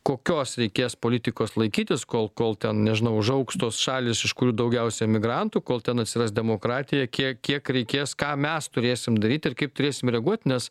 kokios reikės politikos laikytis kol kol ten nežinau užaugs tos šalys iš kurių daugiausia emigrantų kol ten atsiras demokratija kiek kiek reikės ką mes turėsim daryt ir kaip trurėsim reaguot nes